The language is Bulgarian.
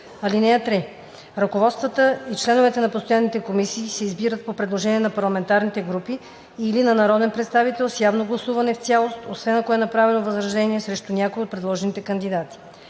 (3) Ръководствата и членовете на постоянните комисии се избират по предложение на парламентарните групи или на народен представител с явно гласуване в цялост, освен ако е направено възражение срещу някой от предложените кандидати.